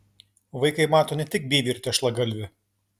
vaikai mato ne tik byvį ir tešlagalvį